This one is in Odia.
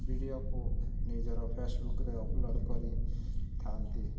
ଭିଡ଼ିଓକୁ ନିଜର ଫେସବୁକ୍ରେ ଅପଲୋଡ଼୍ କରିଥାଆନ୍ତି୍